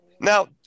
Now